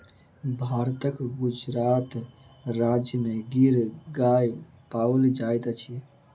भारतक गुजरात राज्य में गिर गाय पाओल जाइत अछि